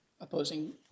opposing